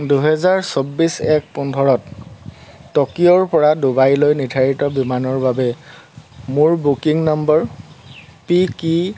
দুহেজাৰ চৌবিছ এক পোন্ধৰত টকিঅ'ৰ পৰা ডুবাইলৈ নিৰ্ধাৰিত বিমানৰ বাবে মোৰ বুকিং নম্বৰ পি কি